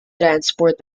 transport